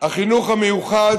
החינוך המיוחד